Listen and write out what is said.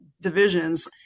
divisions